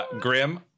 Grim